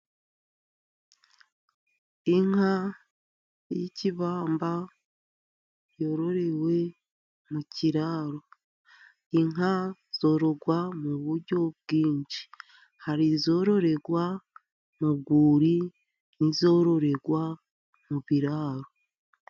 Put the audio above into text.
Inka y'ikibamba yororewe mu kiraro, inka zororwa mu buryo bwinshi hari izororerwa mu rwuri, n'izororerwa mu biraro.